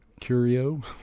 Curio